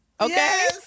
Okay